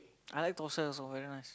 I like thosai also very nice